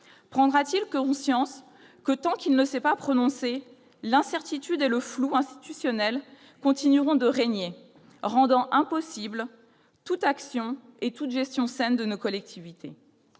prendra-t-il conscience que, tant qu'il ne se sera pas prononcé, l'incertitude et le flou institutionnel continueront de régner, rendant impossible toute action et toute gestion saine de nos collectivités ?